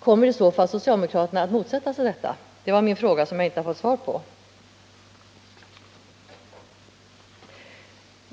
Om det visar sig att detta är enda sättet att få projektet företagsekonomiskt lönsamt — kommer i så fall socialdemokraterna att motsätta sig detta? Det var min fråga, som jag inte fick något svar på.